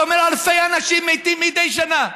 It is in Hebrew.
זה אומר שאלפי אנשים מתים מדי שנה,